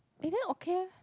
eh then okay eh